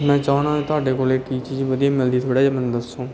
ਮੈਂ ਚਾਹੁੰਦਾ ਤੁਹਾਡੇ ਕੋਲ ਕੀ ਚੀਜ਼ ਵਧੀਆ ਮਿਲਦੀ ਥੋੜ੍ਹਾ ਜਿਹਾ ਮੈਨੂੰ ਦੱਸੋ